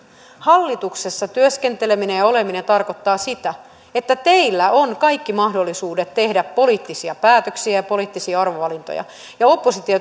hallituksessa työskenteleminen ja oleminen tarkoittaa sitä että teillä on kaikki mahdollisuudet tehdä poliittisia päätöksiä ja poliittisia arvovalintoja ja opposition